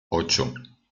ocho